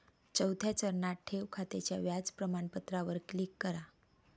चौथ्या चरणात, ठेव खात्याच्या व्याज प्रमाणपत्रावर क्लिक करा